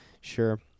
sure